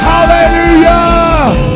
Hallelujah